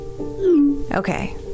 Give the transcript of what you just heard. Okay